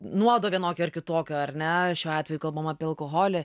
nuodo vienokio ar kitokio ar ne šiuo atveju kalbam apie alkoholį